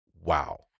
Wow